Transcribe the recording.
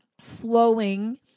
flowing